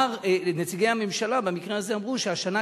נציגי הממשלה במקרה הזה אמרו שהשנה,